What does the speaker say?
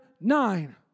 nine